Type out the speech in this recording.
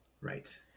right